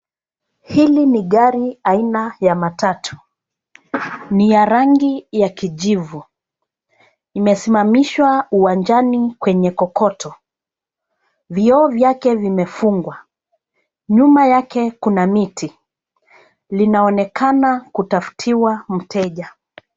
Hili ni gari aina ya matatu ni ya rangi ya kijivu. Imesimamishwa uwanjani kwenye kokoto. Vioo vyake vimefungwa. Nyuma yake kuna miti. Linaonekana kutafutiwa mteja.